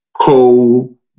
coal